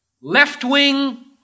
left-wing